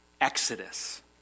Exodus